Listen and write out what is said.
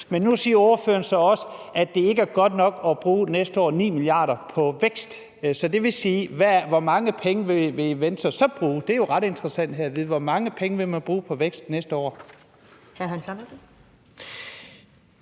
men nu siger ordføreren så også, at det ikke er godt nok at bruge 9 mia. kr. næste år på vækst. Så det vil sige, hvor mange penge vil Venstre så bruge? Det er jo ret interessant her at vide: Hvor mange penge vil man bruge på vækst næste år?